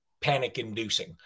panic-inducing